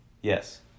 Yes